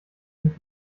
sind